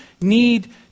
need